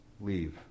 leave